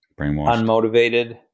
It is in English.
unmotivated